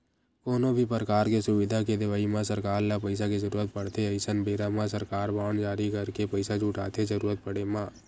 कोनो भी परकार के सुबिधा के देवई म सरकार ल पइसा के जरुरत पड़थे अइसन बेरा म सरकार बांड जारी करके पइसा जुटाथे जरुरत पड़े म